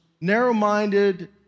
narrow-minded